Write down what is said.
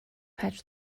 patch